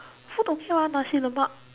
food okay what Nasi-Lemak